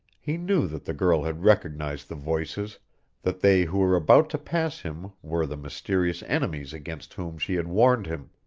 he knew that the girl had recognized the voices that they who were about to pass him were the mysterious enemies against whom she had warned him.